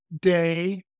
day